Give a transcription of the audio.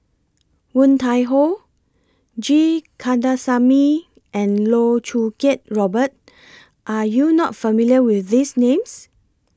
Woon Tai Ho G Kandasamy and Loh Choo Kiat Robert Are YOU not familiar with These Names